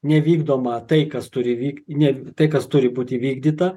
nevykdoma tai kas turi vyk ne tai kas turi būt įvykdyta